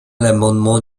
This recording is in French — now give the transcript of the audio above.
l’amendement